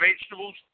vegetables